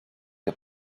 che